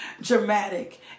dramatic